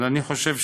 אבל אני חושב,